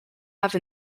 have